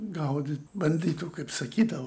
gaudyt bandytų kaip sakyta